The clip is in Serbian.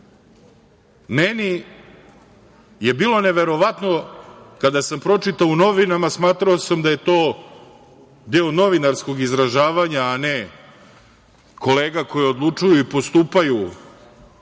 Meni je bilo neverovatno kada sam pročitao u novinama, smatrao sam da je to deo novinarskog izražavanja, a ne kolega koji odlučuju i postupaju